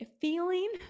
feeling